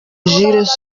jules